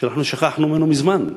שאנחנו שכחנו ממנו מזמן.